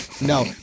no